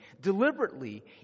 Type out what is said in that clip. deliberately